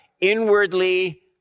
inwardly